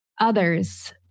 others